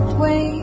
wait